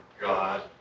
God